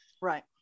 right